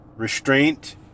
Restraint